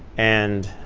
and